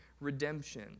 redemption